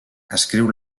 escriu